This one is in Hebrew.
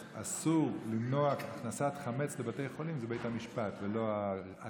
שאסור למנוע הכנסת חמץ בבתי החולים זה בית המשפט ולא עריצות הרוב.